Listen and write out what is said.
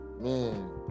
man